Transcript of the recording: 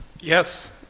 Yes